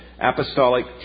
apostolic